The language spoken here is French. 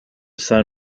saint